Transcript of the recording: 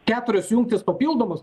keturios jungtys papildomos